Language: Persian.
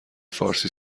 فارسی